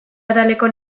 ataleko